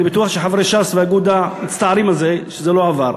אני בטוח שחברי ש"ס ואגודה מצטערים על זה שזה לא עבר.